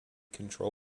control